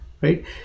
Right